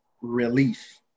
relief